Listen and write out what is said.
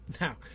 Now